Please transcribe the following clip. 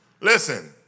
Listen